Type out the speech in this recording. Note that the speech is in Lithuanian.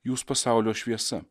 jūs pasaulio šviesa